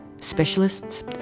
specialists